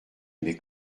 aimé